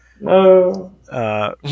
No